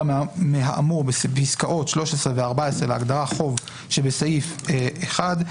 מהאמור בפסקאות (13) ו-(14) להגדרת "חוב" שבסעיף 1,